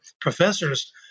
professors